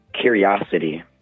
curiosity